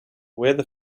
weather